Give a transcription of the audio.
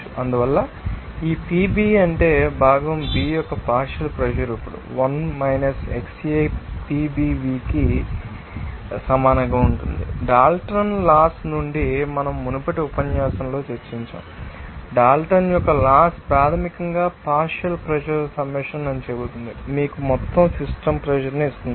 అందువల్ల ఈ PB అంటే భాగం B యొక్క పార్షియల్ ప్రెషర్ ఇప్పుడు PBv కి సమానంగా ఉంటుంది డాల్టన్ లాస్ నుండి మన మునుపటి ఉపన్యాసంలో చర్చించాము డాల్టన్ యొక్క లాస్ ప్రాథమికంగా పార్షియల్ ప్రెషర్ సమ్మషన్ అని చెబుతుంది మీకు మొత్తం సిస్టమ్ ప్రెషర్ ని ఇస్తుంది